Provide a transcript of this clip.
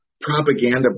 propaganda